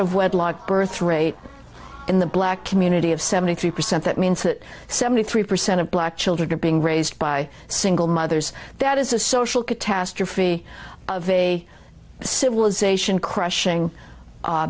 of wedlock birth rate in the black community of seventy three percent that means that seventy three percent of black children are being raised by single mothers that is a social catastrophe of a civilization crushing